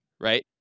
right